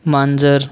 मांजर